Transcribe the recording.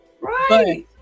Right